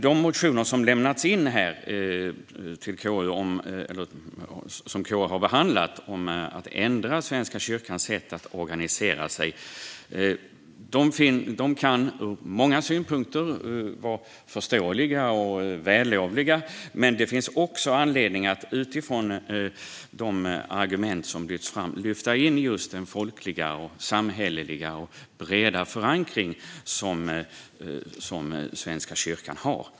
De motioner som har lämnats in till KU och som KU har behandlat om att ändra Svenska kyrkans sätt att organisera sig kan ur många synvinklar vara förståeliga och vällovliga. Men det finns också anledning att utifrån de argument som framhålls lyfta in just den folkliga, samhälleliga och breda förankring Svenska kyrkan har.